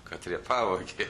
katrie pavo ir